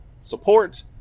support